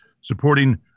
supporting